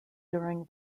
during